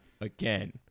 again